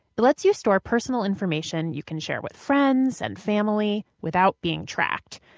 it lets you store personal information you can share with friends and family without being tracked.